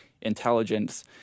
intelligence